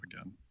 again